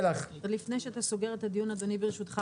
לפני שאתה סוגר את הדיון, אדוני, ברשותך.